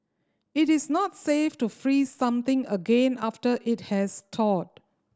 it is not safe to freeze something again after it has thawed